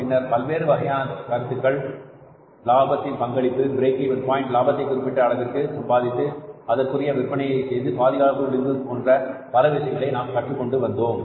பின்னர் பல்வேறு வகையான கருத்துக்கள் லாபத்தின் பங்களிப்பு பிரேக் இவென் பாயின்ட் லாபத்தை குறிப்பிட்ட அளவிற்கு சம்பாதித்து அதற்குரிய விற்பனை செய்வது பாதுகாப்பு விளிம்பு போன்ற பல விஷயங்களை நாம் கற்றுக் கொண்டு வந்தோம்